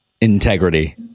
integrity